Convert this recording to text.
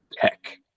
tech